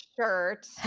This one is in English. shirt